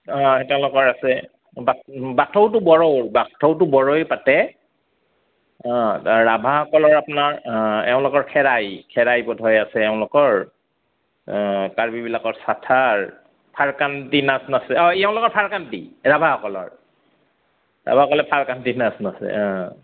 অঁ তেওঁলোকৰ আছে বা বাথৌটো বড়োৰ বাথৌটো বড়োৱে পাতে অঁ ৰাভাসকলৰ আপোনাৰ এওঁলোকৰ খেৰাই খেৰাই বোধহয় আছে এওঁলোকৰ কাৰ্বিবিলাকৰ চাথাৰ ফাৰ্কাণ্টি নাচ নাচে অঁ এওঁলোকৰ ফাৰ্কাণ্টি ৰাভাসকলৰ ৰাভাসকলে ফাৰ্কাণ্টি নাচ নাচে